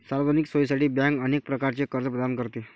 सार्वजनिक सोयीसाठी बँक अनेक प्रकारचे कर्ज प्रदान करते